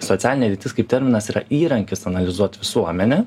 socialinė lytis kaip terminas yra įrankis analizuot visuomenę